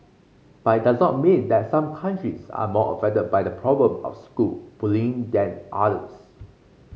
but does not mean that some countries are more affected by the problem of school bullying than others